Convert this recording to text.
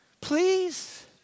Please